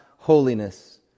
holiness